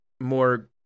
more